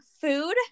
food